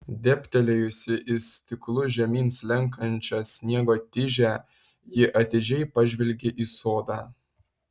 dėbtelėjusi į stiklu žemyn slenkančią sniego tižę ji atidžiai pažvelgė į sodą